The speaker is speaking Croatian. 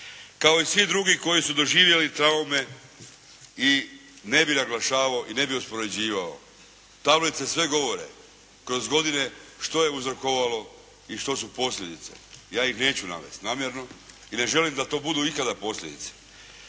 kao i svi drugi koji su doživjeli traume i ne bih naglašavao i ne bih uspoređivao. Tablice sve govore, kroz godine što je uzrokovalo i što su posljedice. Ja ih neću navesti namjerno i ne želim da to budu ikada posljedice.